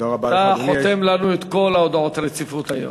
אתה חותם לנו את כל הודעות הרציפות היום.